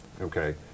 okay